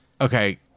Okay